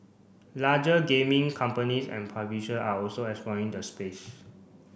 larger gaming companies and publisher are also exploring the space